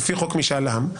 לפי חוק משאל עם.